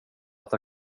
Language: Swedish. att